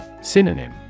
Synonym